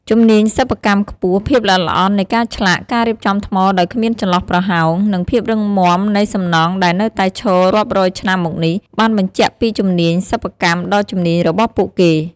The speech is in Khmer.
ជំនាញសិប្បកម្មខ្ពស់ ភាពល្អិតល្អន់នៃការឆ្លាក់ ការរៀបចំថ្មដោយគ្មានចន្លោះប្រហោង និងភាពរឹងមាំនៃសំណង់ដែលនៅតែឈររាប់រយឆ្នាំមកនេះ បានបញ្ជាក់ពីជំនាញសិប្បកម្មដ៏ជំនាញរបស់ពួកគេ។